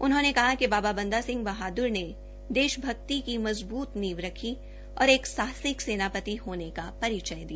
उन्होंने कहा कि बाबा बंदा सिंह बहाद्र ने देशभक्ति की मजबूत नींव रखी और एक साहसिक सेनापति होने का परिचय दिया